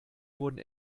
wurden